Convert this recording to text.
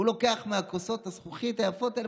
הוא לוקח מכוסות הזכוכית היפות האלה,